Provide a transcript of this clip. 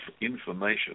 information